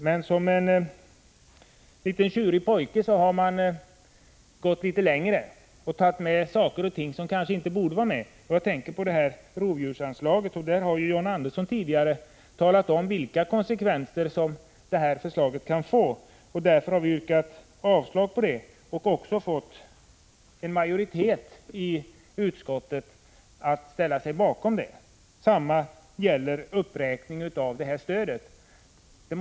Men som en liten tjurig pojke har man gått litet längre och tagit med saker och ting som kanske inte borde vara med. Jag tänker då på förslaget till ersättning för rovdjursskador. Här har John Andersson tidigare redogjort för vilka konsekvenser detta förslag kan få. Därför har vi yrkat avslag på förslaget och också fått en majoritet i utskottet att ansluta sig till vårt ställningstagande. Detsamma gäller uppräkningen av stödet till rennäringen.